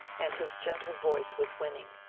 and his gentle voice was winning.